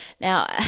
Now